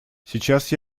сейчас